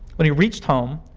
when he reached home,